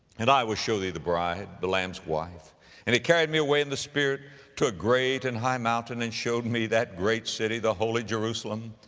and i will show thee the bride, the lamb's wife and he carried me away in the spirit to a great and high mountain, and showed me that great city, the holy jerusalem,